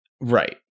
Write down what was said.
Right